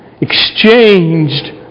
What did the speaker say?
exchanged